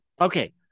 Okay